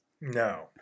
No